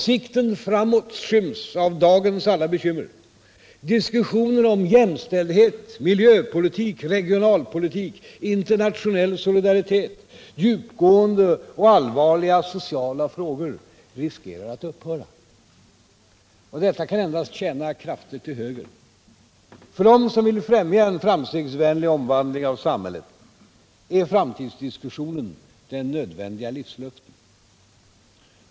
Sikten framåt skyms av dagens alla bekymmer. Diskussionen om jämställdhet, miljöpolitik, regionalpolitik och internationell solidaritet, om djupgående och allvarliga sociala frågor, riskerar att upphöra. Detta kan endast tjäna krafter till höger. För dem som vill främja en framstegsvänlig omvandling av samhället är framtidsdiskussionen den nödvändiga livsluften.